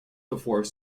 before